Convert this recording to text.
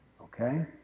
okay